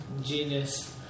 Genius